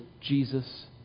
Jesus